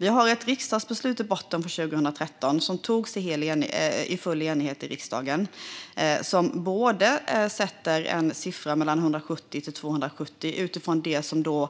Vi har ett enigt riksdagsbeslut från 2013 i botten. Där sattes siffran till 170-270